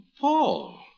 Paul